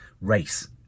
race